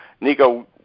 Nico